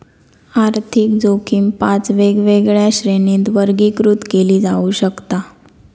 आर्थिक जोखीम पाच वेगवेगळ्या श्रेणींत वर्गीकृत केली जाऊ शकता